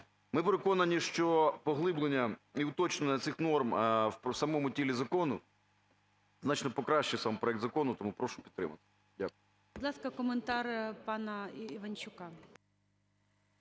Ми переконані, що поглиблення і уточнення цих норм в самому тілі закону значно покращить сам проект закону, тому прошу підтримати. Дякую.